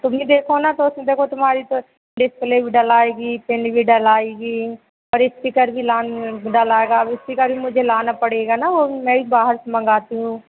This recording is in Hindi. तुम्हीं देखो ना तो उसमें देखो तुम्हारा तो डिस्प्ले भी डलाएगा पिन भी डलाएगा और स्पीकर भी लान डलाएगा अब स्पीकर भी मुझे लाना पड़ेगा ना वह मैं ही बाहर से मँगाती हूँ